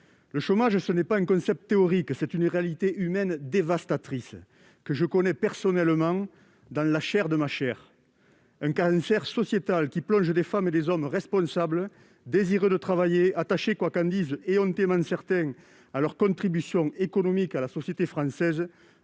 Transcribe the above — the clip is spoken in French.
Le chômage, ce n'est pas un concept théorique, c'est une réalité humaine dévastatrice que je connais personnellement, dans la chair de ma chair ! C'est un cancer sociétal, qui plonge des femmes et des hommes responsables, désireux de travailler, attachés, quoi qu'en disent honteusement certains, à leur contribution économique à la société française,